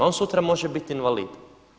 On sutra može biti invalid.